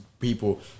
People